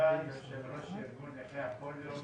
אני יושב-ראש ארגון נכי הפוליו,